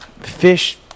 fish